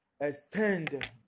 extend